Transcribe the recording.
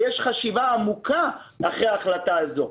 ויש חשיבה עמוקה מאחורי ההחלטה הזאת.